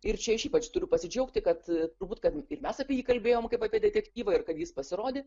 ir čia aš ypač turiu pasidžiaugti kad turbūt kad ir mes apie jį kalbėjom kaip apie detektyvą ir kad jis pasirodė